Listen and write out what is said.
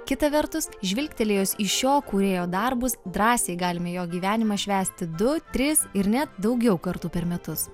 kita vertus žvilgtelėjus į šio kūrėjo darbus drąsiai galime jo gyvenimą švęsti du tris ir net daugiau kartų per metus